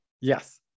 Yes